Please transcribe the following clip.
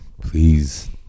Please